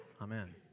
Amen